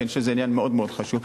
כי אני חושב שזה עניין מאוד מאוד חשוב.